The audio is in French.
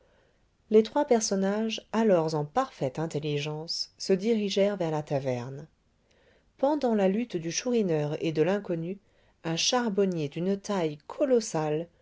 les trois personnages alors en parfaite intelligence se dirigèrent vers la taverne pendant la lutte du chourineur et de l'inconnu un charbonnier d'une taille colossale